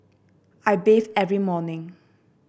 I bathe every morning